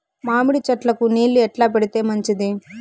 మామిడి చెట్లకు నీళ్లు ఎట్లా పెడితే మంచిది?